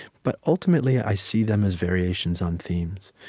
but ultimately, i see them as variations on themes,